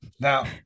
Now